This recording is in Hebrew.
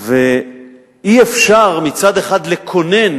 אי-אפשר מצד אחד לקונן